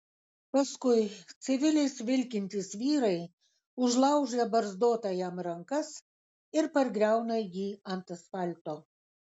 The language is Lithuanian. paskui civiliais vilkintys vyrai užlaužia barzdotajam rankas ir pargriauna jį ant asfalto